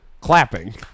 clapping